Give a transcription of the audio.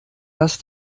das